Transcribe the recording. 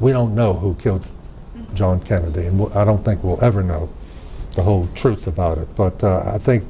we don't know who killed john kennedy and i don't think we'll ever know the whole truth about it but i think